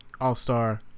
all-star